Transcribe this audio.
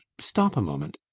stop a moment!